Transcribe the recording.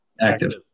Active